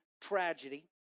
tragedy